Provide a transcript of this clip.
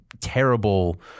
terrible